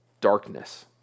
darkness